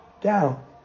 down